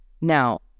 Now